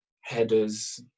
headers